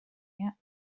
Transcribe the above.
yet